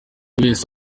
wese